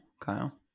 Kyle